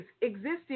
existing